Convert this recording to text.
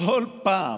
בכל פעם